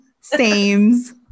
sames